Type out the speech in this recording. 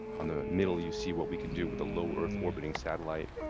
um the middle you see what we can do with a lower earth orbiting satellite.